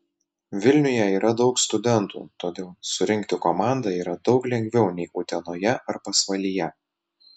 vilniuje yra daug studentų todėl surinkti komandą yra daug lengviau nei utenoje ar pasvalyje